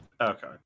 Okay